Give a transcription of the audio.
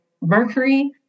mercury